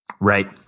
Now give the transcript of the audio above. Right